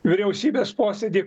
vyriausybės posėdį